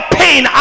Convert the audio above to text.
pain